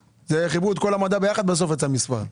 חיברו את כל המדע ביחד ובסוף יצא מספר.